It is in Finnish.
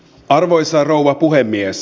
arvoisa rouva puhemies